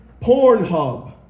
Pornhub